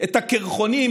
את הקרחונים,